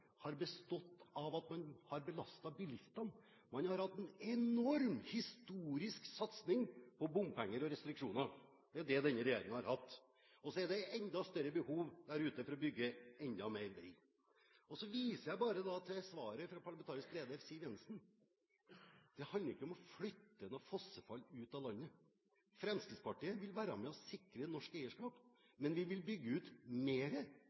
har bestått i at man har belastet bilistene. Man har hatt en enorm historisk satsing på bompenger og restriksjoner. Det er det denne regjeringen har hatt. Og så er det enda større behov der ute for å bygge enda mer vei. Så viser jeg bare til svaret fra parlamentarisk leder Siv Jensen. Det handler ikke om å flytte noe fossefall ut av landet. Fremskrittspartiet vil være med og sikre norsk eierskap, men vi vil bygge ut